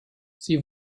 sie